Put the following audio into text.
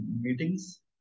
meetings